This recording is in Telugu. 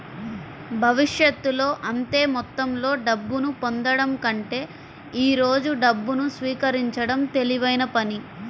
భవిష్యత్తులో అంతే మొత్తంలో డబ్బును పొందడం కంటే ఈ రోజు డబ్బును స్వీకరించడం తెలివైన పని